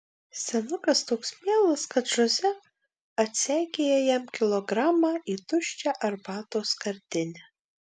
senukas toks mielas kad žoze atseikėja jam kilogramą į tuščią arbatos skardinę